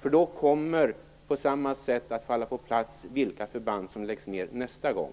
för då kommer det på samma sätt att falla på plats vilka förband som läggs ned nästa gång.